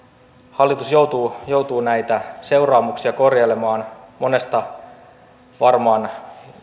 hallitus joutuu joutuu näitä seuraamuksia korjailemaan monesta varmaan